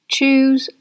Choose